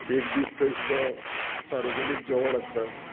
एक दीस थंय सुद्दां सार्वजनीक जेवण आसता